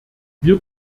wir